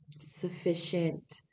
sufficient